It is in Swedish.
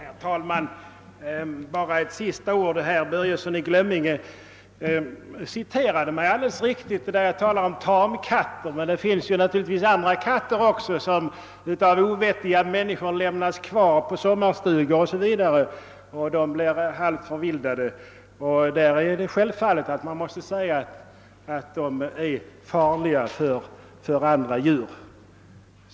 Herr talman! Bara ett sista ord! Herr Börjesson i Glömminge citerade alldeles riktigt vad jag skrivit om tamkatter, men det finns också andra katter, t.ex. sådana som av oförståndiga människor lämnas kvar vid sommarstugor och blir halvt förvildade. Självfallet måste de sägas vara farliga för andra djur.